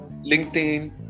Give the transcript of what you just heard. LinkedIn